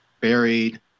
buried